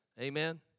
Amen